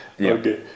Okay